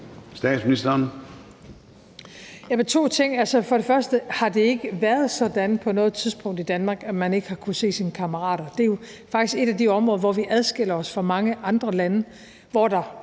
Jeg vil sige to ting. Først og fremmest har det ikke været sådan på noget tidspunkt i Danmark, at man ikke har kunnet se sine kammerater. Det er jo faktisk et af de områder, hvor vi adskiller os fra mange andre lande, hvor der